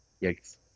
yes